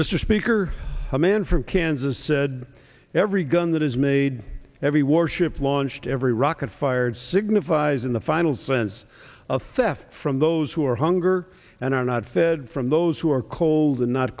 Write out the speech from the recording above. mr speaker a man from kansas said every gun that is made every warship launched every rocket fired signifies in the final sense of theft from those who are hunger and are not fed from those who are cold and not